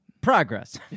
progress